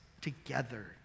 together